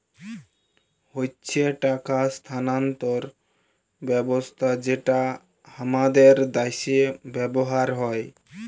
হচ্যে টাকা স্থানান্তর ব্যবস্থা যেটা হামাদের দ্যাশে ব্যবহার হ্যয়